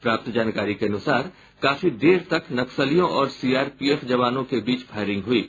प्राप्त जानकारी के अनुसार काफी देर तक नक्सलियों और सीआरपीएफ जवानों के बीच फायरिंग हुयी